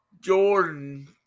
Jordan